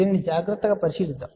దీనిని జాగ్రత్తగా పరిశీలిద్దాం